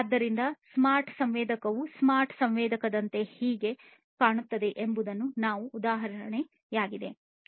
ಆದ್ದರಿಂದ ಸ್ಮಾರ್ಟ್ ಸಂವೇದಕವು ಸ್ಮಾರ್ಟ್ ಸಂವೇದಕದಂತೆ ಹೇಗೆ ಕಾಣುತ್ತದೆ ಎಂಬುದು ಇದಕ್ಕೆ ಉದಾಹರಣೆಯಾಗಿದೆ